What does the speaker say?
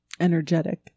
Energetic